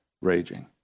raging